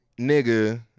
nigga